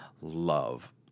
love